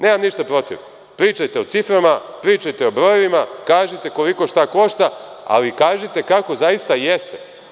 Nemam ništa protiv, pričajte o ciframa, pričajte o brojevima, kažite šta koliko košta, ali kažite kako zaista jeste.